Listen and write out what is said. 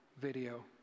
video